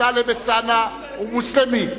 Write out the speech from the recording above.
וטלב אלסאנע הוא מוסלמי.